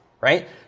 right